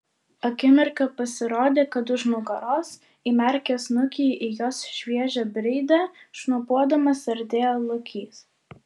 akimirką pasirodė kad už nugaros įmerkęs snukį į jos šviežią brydę šnopuodamas artėja lokys